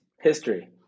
history